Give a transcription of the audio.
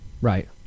Right